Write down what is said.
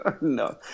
No